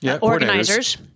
organizers